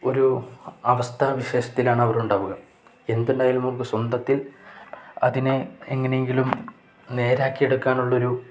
ഒരു അവസ്ഥാവിശേഷത്തിലാണ് അവരുണ്ടാവുക എന്തുണ്ടായാലും അവർക്ക് സ്വന്തത്തിൽ അതിനെ എങ്ങനെയെങ്കിലും നേരെയാക്കിയെടുക്കാനുള്ളൊരു